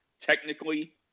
technically